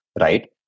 right